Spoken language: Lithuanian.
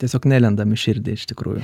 tiesiog nelendam į širdį iš tikrųjų